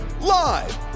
live